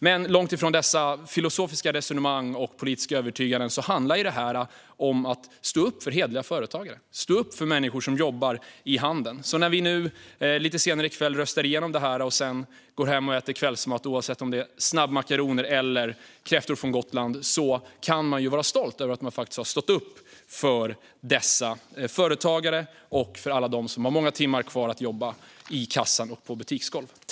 Men långt ifrån dessa filosofiska resonemang och politiska övertygelser handlar det här om att stå upp för hederliga företagare och människor som jobbar i handeln. När vi nu lite senare i kväll röstar igenom det här och sedan går hem och äter kvällsmat, oavsett om det är snabbmakaroner eller kräftor från Gotland, kan vi vara stolta över att vi faktiskt har stått upp för dessa företagare och för alla dem som har många timmar kvar att jobba i kassan och på butiksgolvet.